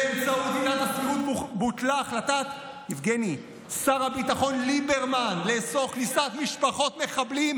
באמצעות עילת הסבירות נכפה על שר החינוך